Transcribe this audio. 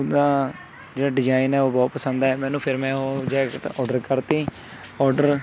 ਉਹਦਾ ਜਿਹੜਾ ਡਿਜ਼ਾਇਨ ਹੈ ਉਹ ਬਹੁਤ ਪਸੰਦ ਆਇਆ ਮੈਨੂੰ ਫਿਰ ਮੈਂ ਓਹ ਜੈਕਟ ਔਰਡਰ ਕਰਤੀ ਔਰਡਰ